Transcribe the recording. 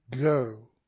go